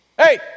hey